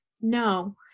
no